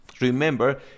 Remember